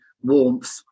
warmth